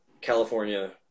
California